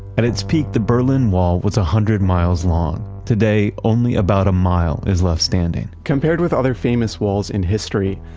at it's peak the berlin wall was a hundred miles long. today only about a mile is left standing compared with other famous walls in history.